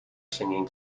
singing